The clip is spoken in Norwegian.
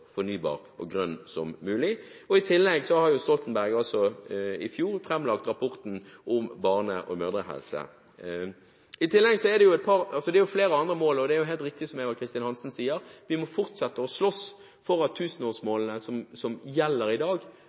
fornybar og grønn som mulig. I tillegg la Stoltenberg i fjor fram rapporten om barne- og mødrehelse. I tillegg er det flere andre mål, og det er helt riktig som Eva Kristin Hansen sier: Vi må fortsette å slåss for at tusenårsmålene som gjelder i dag,